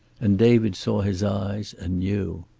and david saw his eyes, and knew.